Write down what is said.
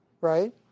Right